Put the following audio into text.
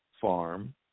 farm